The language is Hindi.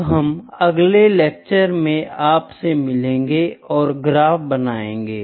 अब हम अगले लेक्चर में आपसे मिलेंगे और ग्राफ बनायेगे